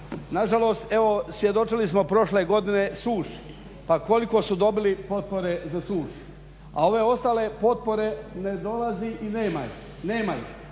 Na žalost, evo svjedočili smo prošle godine suši, pa koliko su dobili potpore za sušu. A ove ostale potpore ne dolazi i ne ih.